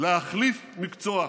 להחליף מקצוע.